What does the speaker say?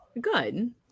Good